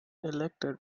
elected